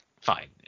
Fine